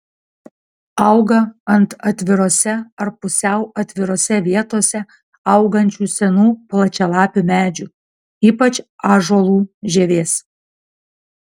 auga ant atvirose ar pusiau atvirose vietose augančių senų plačialapių medžių ypač ąžuolų žievės